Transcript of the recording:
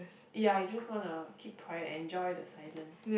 ya you just wanna keep quiet enjoy the silence